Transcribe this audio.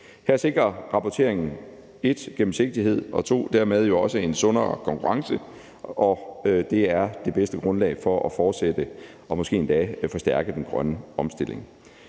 Her sikrer rapporteringen 1) gennemsigtighed og dermed jo også 2) en sundere konkurrence, og det er det bedste grundlag for at fortsætte og måske endda forstærke den grønne omstilling.